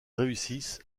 réussissent